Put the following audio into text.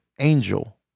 angel